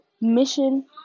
mission